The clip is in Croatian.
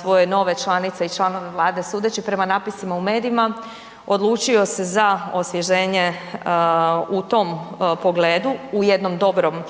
svoje nove članice i članove vlade. Sudeći prema natpisima u medijima odlučio se za osvježenje u tom pogledu, u jednom dobrom,